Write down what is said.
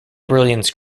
brilliance